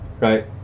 right